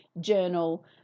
journal